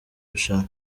rushanwa